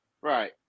Right